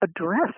address